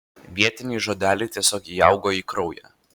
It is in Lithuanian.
vietiniai žodeliai tiesiog įaugo į kraują